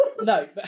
No